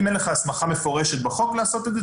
אם אין לך הסמכה מפורשת בחוק לעשות את זה,